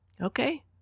Okay